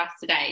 today